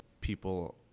people